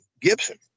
gibson